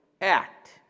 act